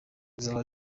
uzaba